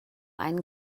einen